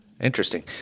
Interesting